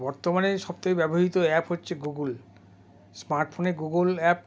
বর্তমানে সব থেকে ব্যবহৃত অ্যাপ হচ্ছে গুগল স্মার্ট ফোনে গুগল অ্যাপ